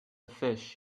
fish